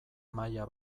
maila